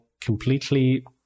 completely